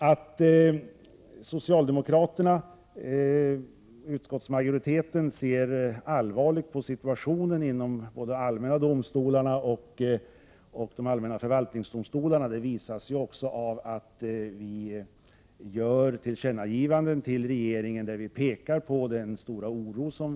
Att utskottsmajoriteten ser allvarligt på situationen inom både de allmänna domstolarna och de allmänna förvaltningsdomstolarna framgår av att det görs tillkännagivanden till regeringen där den stora oro man känner framgår.